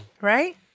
right